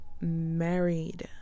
married